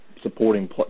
supporting